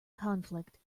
conflict